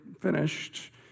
finished